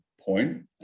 point